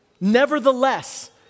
nevertheless